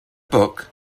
book